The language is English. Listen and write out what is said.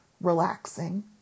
relaxing